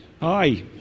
Hi